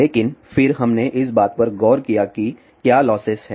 लेकिन फिर हमने इस बात पर गौर किया कि क्या लॉसेस हैं